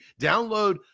Download